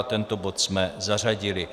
Tento bod jsme zařadili.